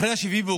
אחרי 7 באוקטובר